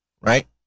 Right